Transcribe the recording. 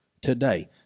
Today